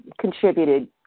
contributed